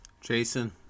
Jason